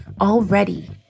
Already